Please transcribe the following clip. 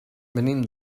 venim